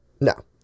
No